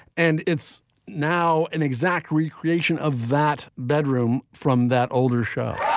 and it's now an exact recreation of that bedroom from that older show